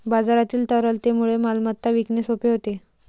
बाजारातील तरलतेमुळे मालमत्ता विकणे सोपे होते